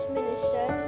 Minister